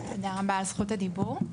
תודה רבה על זכות הדיבור.